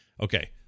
Okay